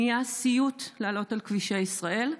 נהיה סיוט לעלות על כבישי ישראל.